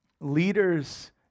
Leaders